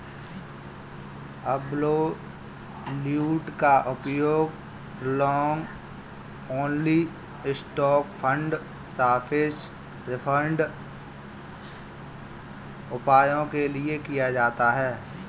absolute का उपयोग long only stock fund सापेक्ष रिटर्न उपायों के लिए किया जाता है